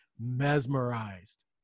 mesmerized